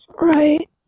Right